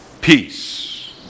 peace